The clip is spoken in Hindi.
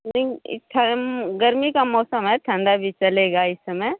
नहीं ईट्ठा गर्मी का मौसम है शानदार ही चलेगा इस समय